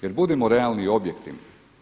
Jer budimo realni i objektivni.